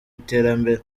iterambere